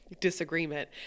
disagreement